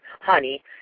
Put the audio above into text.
honey